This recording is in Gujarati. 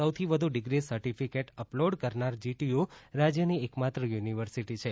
સૌથી વધુ ડિગ્રી સર્ટીફિકેટ અપલોડ કરનાર જીટીયુ રાજ્યની એકમાત્ર યુનિવર્સિટી છે